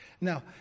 Now